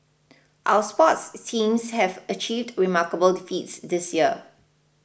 our sports since have achieved remarkable defeats this year